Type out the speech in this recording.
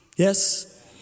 Yes